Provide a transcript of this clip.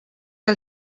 que